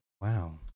Wow